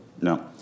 No